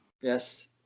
Yes